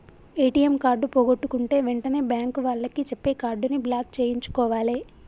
ATM card పోగొట్టుకుంటే వెంటనే bank వాళ్లకి చెప్పి కార్డుని బ్లాక్ చేయించుకోవాలే